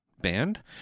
band